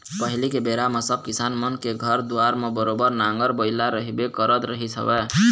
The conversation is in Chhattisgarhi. पहिली के बेरा म सब किसान मन के घर दुवार म बरोबर नांगर बइला रहिबे करत रहिस हवय